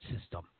system